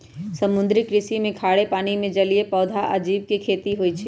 समुद्री कृषि में खारे पानी में जलीय पौधा आ जीव के खेती होई छई